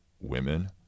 women